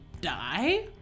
die